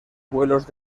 vuelos